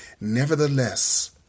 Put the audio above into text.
Nevertheless